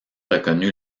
reconnu